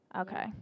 Okay